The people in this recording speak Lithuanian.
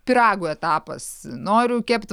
pyragų etapas noriu kept